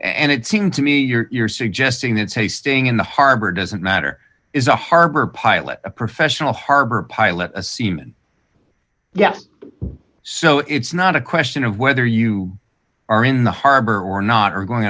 and it seemed to me you're suggesting that say staying in the harbor doesn't matter is a harbor pilot a professional harbor pilot a seaman yes so it's not a question of whether you are in the harbor or not or going